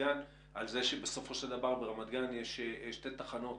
גן על כך שבסופו של דבר ברמת גן יש שתי תחנות